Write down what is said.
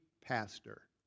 pastor